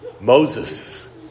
Moses